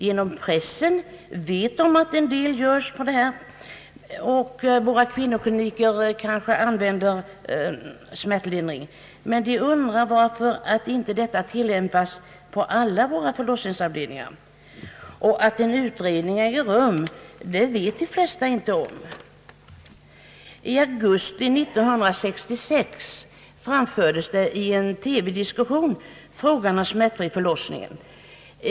Genom pressen vet de att smärtlindring ges på en del av våra kvinnokliniker. De undrar varför inte detta tillämpas på alla våra förlossningsavdelningar. Att en utredning äger rum vet de flesta inte om. I augusti 1966 framfördes i en TV diskussion frågan om smärtfri förlossning.